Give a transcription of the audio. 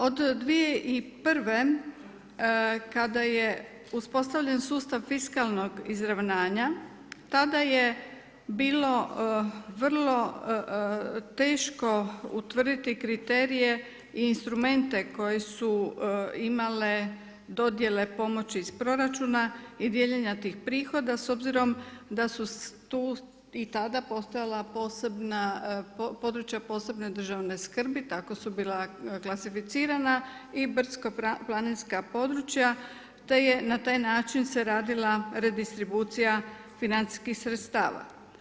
Od 2001. kada je uspostavljen sustav fiskalnog izravnanja tada je bilo vrlo teško utvrditi kriterije i instrumente koji su imale dodjele pomoći iz proračuna i dijeljenja tih prihoda s obzirom da su tu i tada postojala posebne područja od posebne državne skrbi, tako su bila klasificirana i brdsko-planinska područja te je na taj način se radila redistribucija financijskih sredstava.